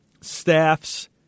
staffs